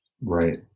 Right